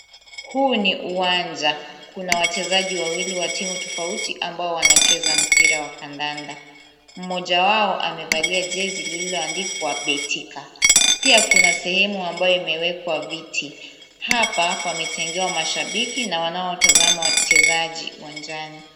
Huu ni uwanja. Kuna wachezaji wawili wa timu tofauti ambao wanacheza mpira wa kandanda. Mmoja wao amevalia jezi lililoandikwa Betika. Pia kuna sehemu ambayo imewekwa viti. Hapa pametengewa mashabiki na wanaotazama wachezaji uwanjani.